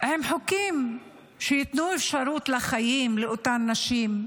בחוקים שייתנו אפשרות לחיים לאותן נשים,